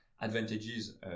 advantages